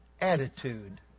attitude